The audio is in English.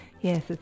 Yes